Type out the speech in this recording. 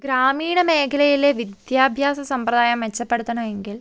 ഗ്രാമീണ മേഖലയിലെ വിദ്യാഭ്യാസ സമ്പ്രദായം മെച്ചപ്പെടുത്തണമെങ്കിൽ